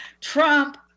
Trump